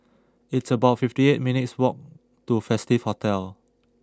it's about fifty eight minutes' walk to Festive Hotel